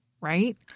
right